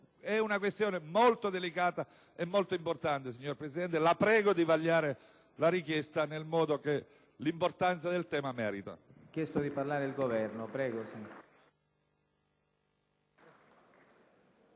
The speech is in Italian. È una questione molto delicata e molto importante, signor Presidente. La prego di vagliare la richiesta nel modo che l'importanza del tema merita.